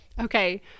Okay